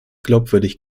glaubwürdig